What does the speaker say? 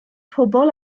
pobl